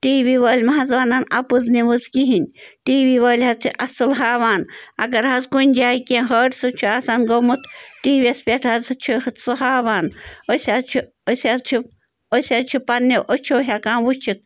T V وٲلۍ مہٕ حظ وَنَن اَپُز نِوٕز کِہیٖنۍ ٹی وی وٲلۍ حظ چھِ اَصٕل ہاوان اگر حظ کُنہِ جایہِ کیٚنٛہہ حٲرثہِ چھُ آسان گوٚمُت ٹی وی یَس پٮ۪ٹھ حظ سُہ تہِ چھِ سُہ ہاوان أسۍ حظ چھِ أسۍ حظ چھِ أسۍ حظ چھِ پنٛنیو أچھو ہٮ۪کان وٕچھِتھ